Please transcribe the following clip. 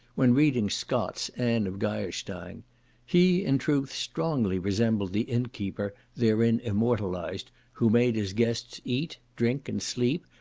when reading scott's anne of geierstein he, in truth, strongly resembled the inn keeper therein immortalized, who made his guests eat, drink, and sleep,